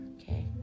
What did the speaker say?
okay